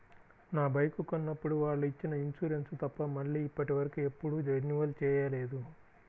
నా బైకు కొన్నప్పుడు వాళ్ళు ఇచ్చిన ఇన్సూరెన్సు తప్ప మళ్ళీ ఇప్పటివరకు ఎప్పుడూ రెన్యువల్ చేయలేదు